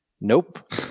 Nope